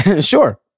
Sure